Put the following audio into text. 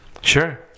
Sure